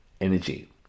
energy